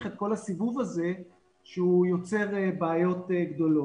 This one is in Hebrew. את כל הסיבוב הזה שהוא יוצר בעיות גדולות.